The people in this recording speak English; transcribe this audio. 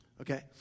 okay